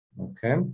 Okay